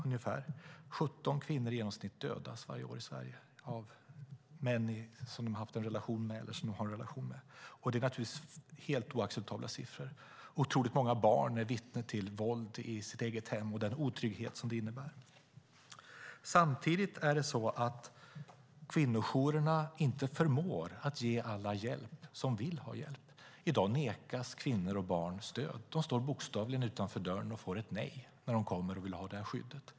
I genomsnitt 17 kvinnor dödas varje år i Sverige av män som de har haft eller har en relation med. Det är helt oacceptabelt. Otroligt många barn är vittne till våld i sitt hem, med den otrygghet som det innebär. Samtidigt förmår inte kvinnojourerna att ge alla hjälp som vill ha hjälp. I dag nekas kvinnor och barn stöd. De står bokstavligen utanför dörren och får ett nej när de kommer och vill ha skydd.